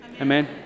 Amen